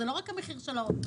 זה לא רק המחיר של האוטו.